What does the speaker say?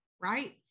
right